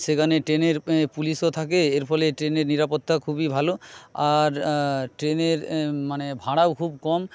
সেখানে ট্রেনের পুলিশও থাকে এর ফলে ট্রেনের নিরাপত্তা খুবই ভালো আর ট্রেনের মানে ভাড়াও খুব কম